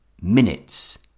minutes